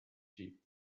sheep